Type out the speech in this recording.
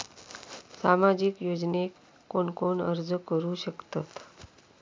सामाजिक योजनेक कोण कोण अर्ज करू शकतत?